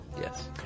Yes